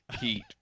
heat